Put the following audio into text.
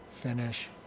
finish